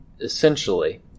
Essentially